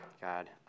God